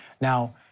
Now